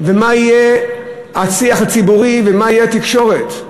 מה יהיה השיח הציבורי ומה תהיה התקשורת.